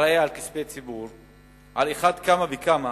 אחראי לכספי הציבור, על אחת כמה וכמה